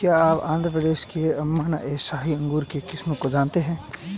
क्या आप आंध्र प्रदेश के अनाब ए शाही अंगूर के किस्म को जानते हैं?